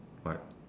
what